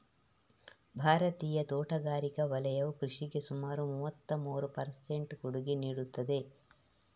ಭಾರತೀಯ ತೋಟಗಾರಿಕಾ ವಲಯವು ಕೃಷಿಗೆ ಸುಮಾರು ಮೂವತ್ತಮೂರು ಪರ್ ಸೆಂಟ್ ಕೊಡುಗೆ ನೀಡುತ್ತದೆ